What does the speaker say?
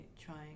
trying